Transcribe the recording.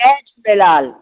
Jay Jhulelal